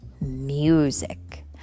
music